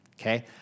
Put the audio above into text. Okay